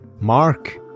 Mark